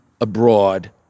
abroad